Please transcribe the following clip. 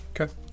Okay